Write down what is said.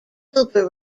cooper